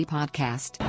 Podcast